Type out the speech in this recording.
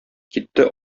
китте